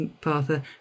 Partha